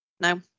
no